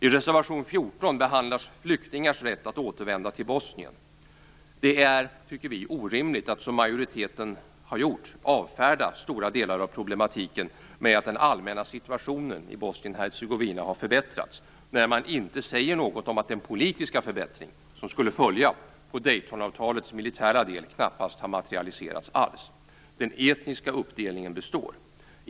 I reservation 14 behandlas flyktingars rätt att återvända till Bosnien. Vi tycker att det är orimligt att, som majoriteten har gjort, avfärda stora delar av problematiken med att den allmänna situationen i Bosnien-Hercegovina har förbättrats. Man säger inte något om att den politiska förbättring som skulle följa på Daytonavtalets militära del knappast har materialiserats alls. Den etniska uppdelningen består.